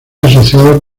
asociado